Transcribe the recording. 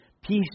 Peace